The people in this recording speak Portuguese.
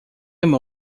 meu